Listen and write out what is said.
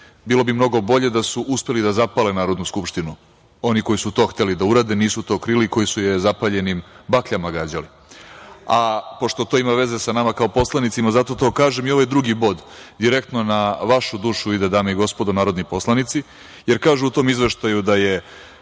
Bilo bi mnogo bolje da su uspeli da zapale Narodnu skupštinu oni koji su to hteli da urade i nisu to krili, koji su je zapaljenim bakljama gađali. Pošto to ima veze sa nama kao poslanicima, zato to kažem, i ovaj drugi bod direktno ide na vašu dušu, dame i gospodo narodni poslanici, jer kažu u tom izveštaju da je